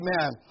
Amen